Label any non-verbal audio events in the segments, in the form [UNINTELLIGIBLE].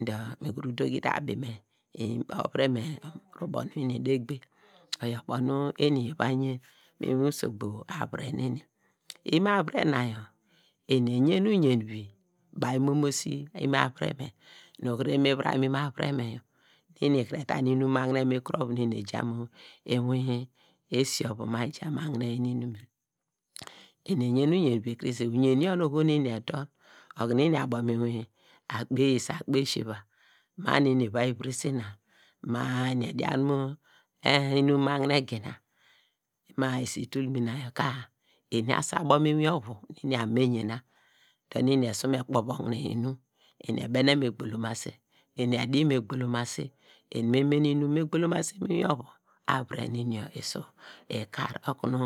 Dor mi kuru dogite abi me, ovire me nu me de me gbe, oyor ubo nu eni eva yen mu usogbo avire neni, imo avire na yaw eni eyen uyen vi baw imomosi imo avire nu nu kuru mivram imo avire me eni kre eta inum magnem ekurovu nu eni ejam mu inwin esi ovu ma eja magnen nu inum yor, eni eyen uyen vi krese uyen yor nu oho nu eni edom, okunu eni abo mu inwin akpe iyisa, akpe iseva ma nu eni eva yi virese na man eni edian mu inum magnem gina maa isi itul mena ka eni asu abo mu inwin ovu nu eni abo kunu me yena kunu eni esu me kpovo kine enu, eni ebene me gbolomase, eni edi nu gbolomase, eni me mene inum mu inwin ovu, avire nem yor isu kar okunu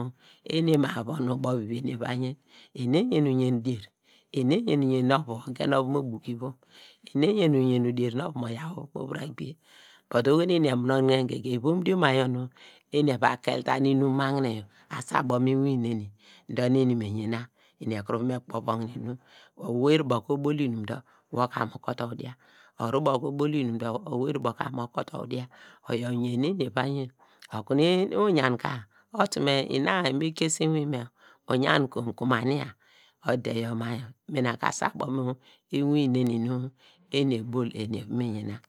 eni ema von ubo vi eni eva yen eni, eyen uyen dier, eyen uyen nu ovu mo gen ovu mo buke ivom, eni eyen uyen dier nu ovu mo yaw ovu me ta gbie [UNINTELLIGIBLE] oho nu eni emonenen goge ivom dioma yor nu eni eva kel ta inum magnen ye asi abor mu inwin neni dor nu eni esu me yena, dor na ekunu me kpove kine emi, owey tubo ka obol nu inum dor, wor ka mu kotoro dia, orubor ka obol inum dor owei rubo ka mo kotow dia, oyo uyen nu eni eva yen okunu uyan kor otume ina mi krese inwin me- o, uyen kom kumani odor yor ma abo mu inum neni me eni ebol me yena.